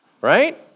right